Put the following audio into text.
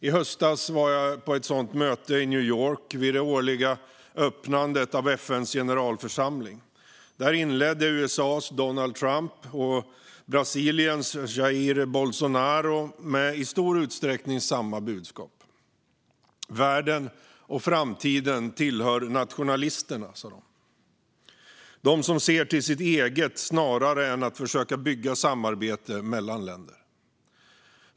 I höstas var jag på ett sådant möte i New York vid det årliga öppnandet av FN:s generalförsamling. Där inledde USA:s Donald Trump och Brasiliens Jair Bolsonaro med i stor utsträckning samma budskap. De sa att världen och framtiden tillhör nationalisterna - dem som ser till sitt eget snarare än att försöka bygga samarbete mellan länder.